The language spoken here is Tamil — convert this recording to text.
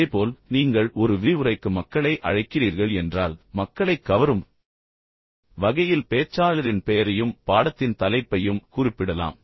இதேபோல் நீங்கள் ஒரு விரிவுரைக்கு மக்களை அழைக்கிறீர்கள் என்றால் மக்களைக் கவரும் வகையில் பேச்சாளரின் பெயரையும் பாடத்தின் தலைப்பையும் குறிப்பிடலாம்